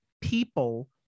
people